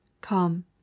Come